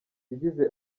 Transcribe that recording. yagize